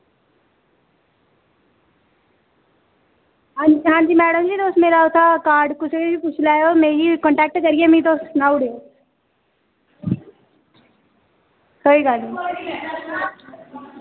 आं मैड़म जी तुस मेरा कार्ड कुसै बी पुच्छी लैयो ते मिगी कंटैक्ट करियै तुस मिगी सनाई ओड़ो कोई गल्ल नी